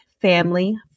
family